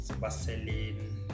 vaseline